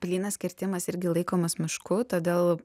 plynas kirtimas irgi laikomas mišku todėl